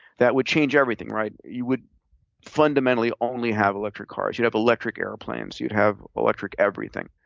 that would change everything, right? you would fundamentally only have electric cars, you'd have electric airplanes, you'd have electric everything.